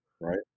right